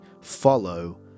follow